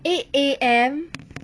eight A_M